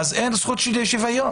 אין זכות לשוויון.